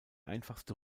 einfachste